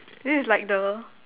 this is like the